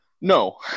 No